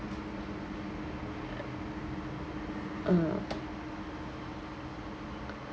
uh